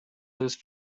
lose